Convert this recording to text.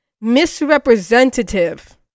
misrepresentative